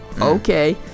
Okay